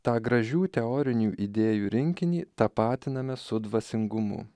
tą gražių teorinių idėjų rinkinį tapatiname su dvasingumu